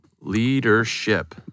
Leadership